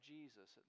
Jesus